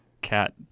cat